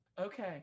Okay